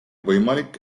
võimalik